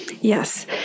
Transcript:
Yes